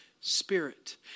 Spirit